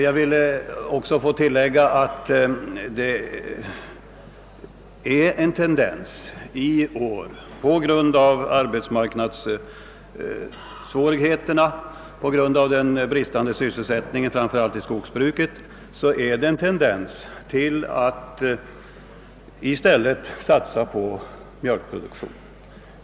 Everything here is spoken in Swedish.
Jag vill också få tillagt att man i år, på grund av arbetsmarknadssvårigheterna och den bristande sysselsättningen framför allt i skogsbruket, visar en tendens att i stället satsa på mjölkproduktionen.